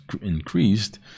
increased